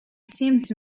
seems